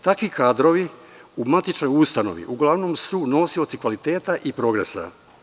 Takvi kadrovi u matičnoj ustanovi uglavnom su nosioci kvaliteta i progresa.